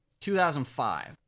2005